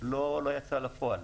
לא יצאה לפועל.